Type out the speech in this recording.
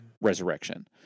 resurrection